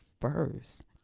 first